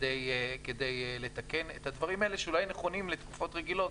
כדי לתקן את הדברים האלה שאולי נכונים לתקופות רגילות,